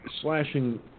slashing